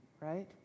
right